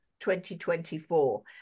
2024